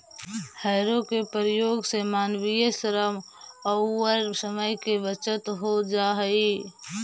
हौरो के प्रयोग से मानवीय श्रम औउर समय के बचत हो जा हई